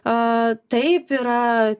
a taip yra